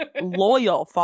loyal